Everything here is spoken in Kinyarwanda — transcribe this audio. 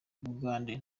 bugande